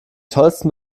tollsten